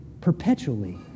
perpetually